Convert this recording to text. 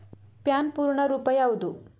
PAN ಪೂರ್ಣ ರೂಪ ಯಾವುದು?